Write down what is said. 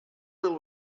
will